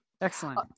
Excellent